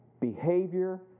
behavior